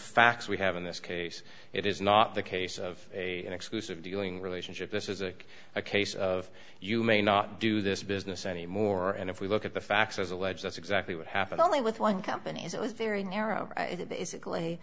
facts we have in this case it is not the case of a an exclusive dealing relationship this is a case of you may not do this business anymore and if we look at the facts as alleged that's exactly what happened only with one company's it was very narrow basically